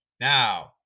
Now